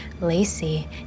Lacey